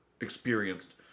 experienced